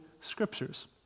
scriptures